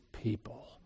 people